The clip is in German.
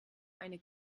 eine